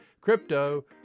Crypto